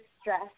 stress